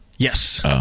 Yes